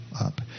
up